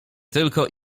tylko